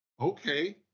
Okay